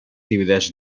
divideix